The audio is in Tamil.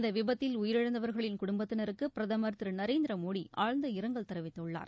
இந்த விபத்தில் உயிரிழந்தவர்களின் குடும்பத்தினருக்கு பிரதமர் திரு நரேந்திர மோடி ஆழ்ந்த இரங்கல் தெரிவித்துள்ளார்